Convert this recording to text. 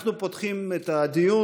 אנחנו פותחים את הדיון.